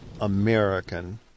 American